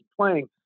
playing